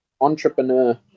Entrepreneur